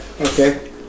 Okay